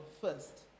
first